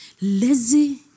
lazy